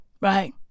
Right